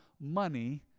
money